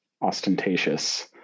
ostentatious